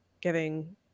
giving